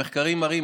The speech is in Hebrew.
המחקרים מראים,